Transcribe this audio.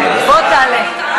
בוא תעלה.